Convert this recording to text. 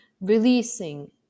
releasing